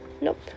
Nope